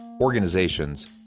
organizations